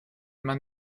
man